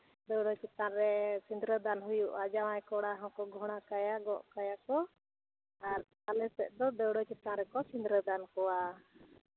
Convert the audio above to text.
ᱫᱟᱹᱣᱲᱟᱹ ᱪᱮᱛᱟᱱ ᱨᱮ ᱥᱤᱝᱜᱽᱨᱟᱹ ᱫᱟᱱ ᱦᱩᱭᱩᱜᱼᱟ ᱡᱟᱶᱟᱭ ᱠᱚᱲᱟ ᱦᱚᱸᱠᱚ ᱜᱷᱳᱲᱟ ᱠᱟᱭᱟ ᱜᱚᱜ ᱠᱟᱭᱟ ᱠᱚ ᱟᱨ ᱟᱞᱮ ᱥᱮᱫ ᱫᱚ ᱫᱟᱹᱣᱲᱟᱹ ᱪᱮᱛᱟᱱ ᱨᱮᱠᱚ ᱥᱤᱝᱜᱽᱨᱟᱹᱫᱟᱱ ᱠᱚᱣᱟ